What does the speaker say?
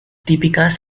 típicas